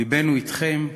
לבנו אתכם.